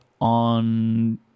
on